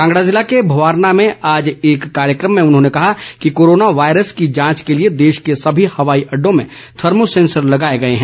कांगड़ा जिले के भवारना में आज एक कार्यक्रम में उन्होंने कहा कि कोरोना वायरस की जांच के लिए देश के समी हवाई अड्डो में थर्मो सेंसर लगाए गए हैं